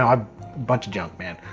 um bunch of junk, man.